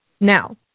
Now